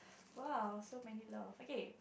!woah! so many love okay